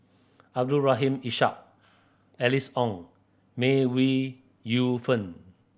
Abdul Rahim Ishak Alice Ong May We Yu Fen